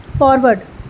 forward